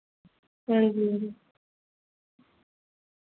हां जी